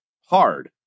hard